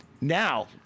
Now